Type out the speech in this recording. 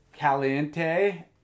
Caliente